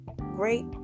great